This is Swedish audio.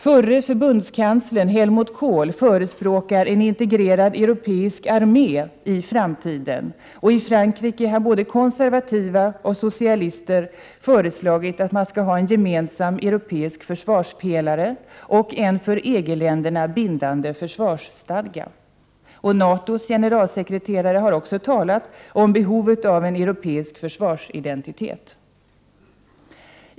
Förre förbundskanslern Helmut Kohl förespråkar en integrerad europeisk armé i framtiden, och i Frankrike har både konservativa och socialister föreslagit att man skall ha en gemensam europeisk försvarspelare och en för EG-länderna bindande försvarsstadga. Och NATO:s generalsekreterare har talat om behovet av en europeisk försvarsidentitet.